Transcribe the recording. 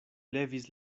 levis